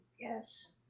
yes